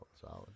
solid